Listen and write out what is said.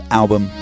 album